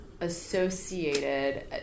associated